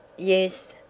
yes.